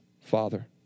Father